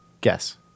guess